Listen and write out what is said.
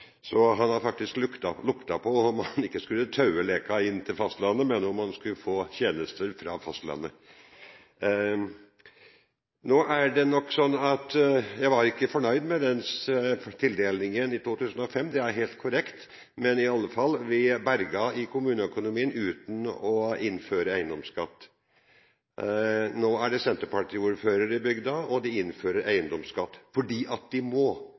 Så han har faktisk lukta på om han – ikke skulle taue Leka inn til fastlandet, men – skulle få tjenester fra fastlandet. Jeg var ikke fornøyd med tildelingen i 2005. Det er helt korrekt. Men vi berget i alle fall kommuneøkonomien uten å innføre eiendomsskatt. Nå er det Senterparti-ordfører i bygda, og de innfører eiendomsskatt fordi de må.